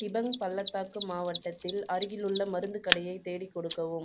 டிபங் பள்ளத்தாக்கு மாவட்டத்தில் அருகிலுள்ள மருந்துக் கடையை தேடிக் கொடுக்கவும்